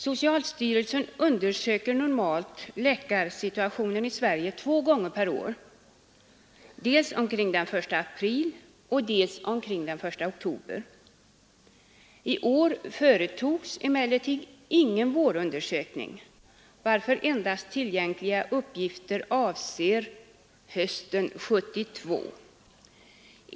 Socialstyrelsen undersöker normalt läkarsituationen i Sverige två gånger per år, dels omkring den 1 april, dels omkring den 1 oktober. I år företogs emellertid ingen vårundersökning varför senast tillgängliga uppgifter avser hösten 1972.